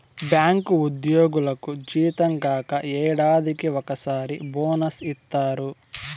bank ఉద్యోగులకు జీతం కాక ఏడాదికి ఒకసారి బోనస్ ఇత్తారు